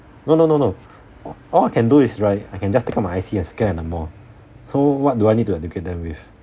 no no no no all I can do is right I can just take out my I_C and scan at the mall so what do I need to educate them with